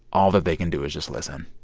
all that they can do is just listen.